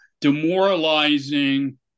demoralizing